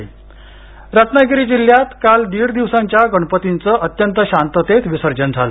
विसर्जन रत्नागिरी जिल्ह्यात काल दीड दिवसांच्या गणपतीचं अत्यंत शांततेत विसर्जन झालं